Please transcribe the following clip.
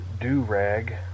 do-rag